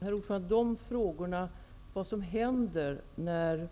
Herr talman! Frågan om vad som händer när